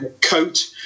coat